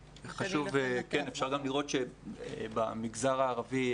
אפשר גם לראות שבמגזר הערבי,